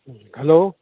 hello